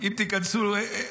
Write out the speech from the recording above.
אם תיכנסו,